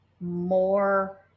more